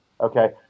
okay